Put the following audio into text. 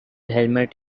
helmet